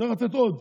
צריך לתת עוד.